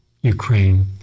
Ukraine